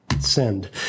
send